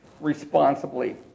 responsibly